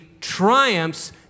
triumphs